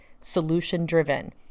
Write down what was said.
solution-driven